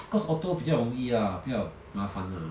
cause auto 比较容易啦不要麻烦啊